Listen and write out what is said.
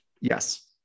Yes